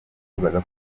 nifuzaga